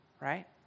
right